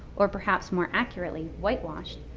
or perhaps more accurately whitewashed,